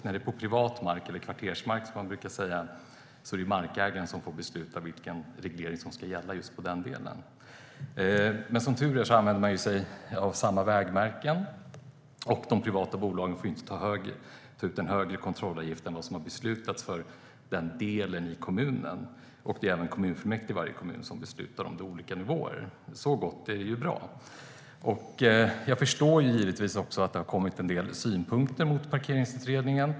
När det är fråga om privat mark eller kvartersmark, som man brukar säga, är det markägaren som får besluta vilken reglering som ska gälla just på den delen. Som tur är använder man sig av samma vägmärken, och de privata bolagen får inte ta ut en högre kontrollavgift än vad som har beslutats för den delen i kommunen. Det är kommunfullmäktige i varje kommun som beslutar om olika nivåer. Detta är bra. Jag förstår givetvis att det har kommit en del synpunkter på Parkeringsutredningen.